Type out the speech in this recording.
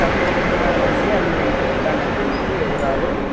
తప్పకుండానండి అవి నేను చెప్తానండి మీకు వివరాలు